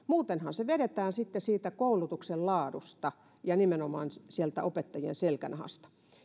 muutenhan se vedetään sitten siitä koulutuksen laadusta ja nimenomaan sieltä opettajien selkänahasta